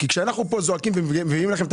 כי כשאנחנו פה זועקים ומביאים לכם את